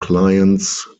clients